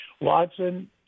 Watson